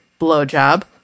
blowjob